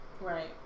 Right